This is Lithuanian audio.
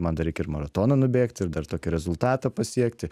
man dar reikia ir maratoną nubėgti ir dar tokį rezultatą pasiekti